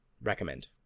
Recommend